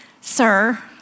sir